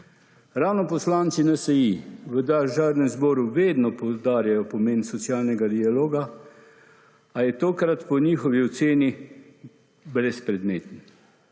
Ravno poslanci NSi v Državnem zboru vedno poudarjajo pomen socialnega dialoga, a je tokrat po njihovi oceni brezpredmeten